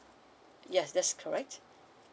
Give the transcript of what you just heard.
yes that's correct